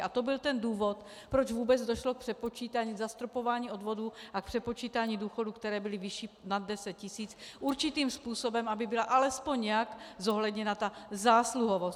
A to byl ten důvod, proč vůbec došlo k přepočítání, k zastropování odvodů a k přepočítání důchodů, které byly vyšší nad 10 tisíc určitým způsobem, aby byla alespoň nějak zohledněna zásluhovost.